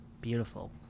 Beautiful